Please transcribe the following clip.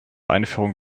einführung